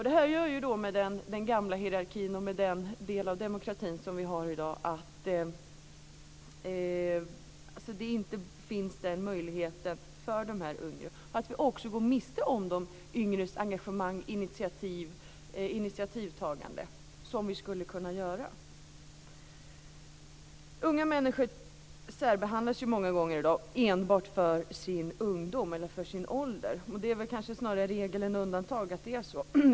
De här gamla hierarkierna och den del av demokratin som vi har i dag gör att vi går miste om de yngres engagemang och initiativtagande, som vi skulle behöva. Unga människor särbehandlas många gånger i dag enbart på grund av sin ålder - det är kanske snarare regel än undantag.